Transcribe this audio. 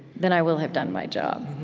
then i will have done my job.